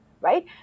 right